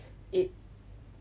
it